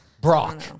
Brock